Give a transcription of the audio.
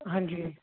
ਹਾਂਜੀ